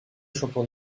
champion